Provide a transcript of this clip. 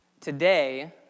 today